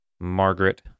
Margaret